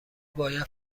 باید